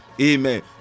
Amen